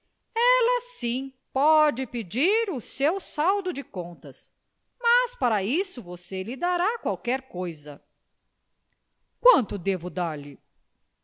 ela sim pode pedir o seu saldo de contas mas para isso você lhe dará qualquer coisa quanto devo dar-lhe